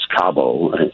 Cabo